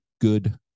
good